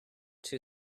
two